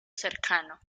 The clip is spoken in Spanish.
cercano